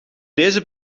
deze